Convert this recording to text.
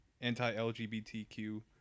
anti-lgbtq